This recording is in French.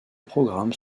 programmes